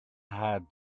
had